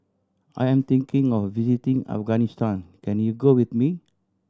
I am thinking of visiting Afghanistan can you go with me